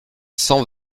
cent